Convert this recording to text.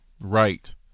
right